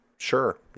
Sure